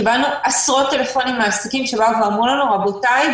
קיבלנו עשרות טלפונים מעסקים שבאו ואמרו לנו רבותיי,